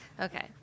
okay